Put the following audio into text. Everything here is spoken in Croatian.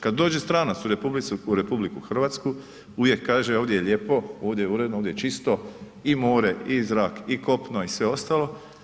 Kad dođe stranac u RH uvijek kaže ovdje je lijepo, ovdje je uredno, ovdje je čisto i more i zrak i kopno i sve ostalo.